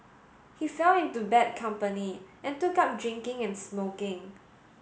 he fell into bad company and took up drinking and smoking